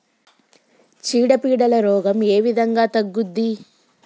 చీడ పీడల రోగం ఏ విధంగా తగ్గుద్ది?